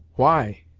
why?